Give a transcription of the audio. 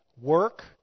work